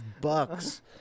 bucks